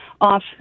off